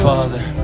Father